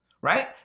right